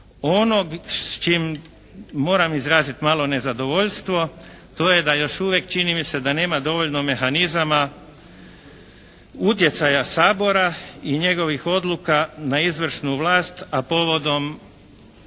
Ono s čim moram izraziti malo nezadovoljstvo to je da još uvijek čini mi se da nema dovoljno mehanizama, utjecaja Sabora i njegovih odluka na izvršnu vlast, a povodom